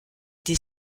des